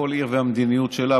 כל עיר והמדיניות שלה,